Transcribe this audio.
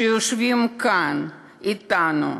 שיושבים כאן אתנו,